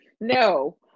no